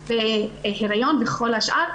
היריון וכל השאר.